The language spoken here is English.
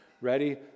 Ready